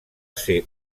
ser